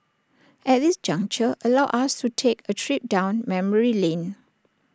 at this juncture allow us to take A trip down memory lane